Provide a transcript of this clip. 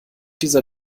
dieser